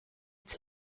its